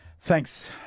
thanks